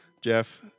Jeff